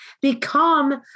become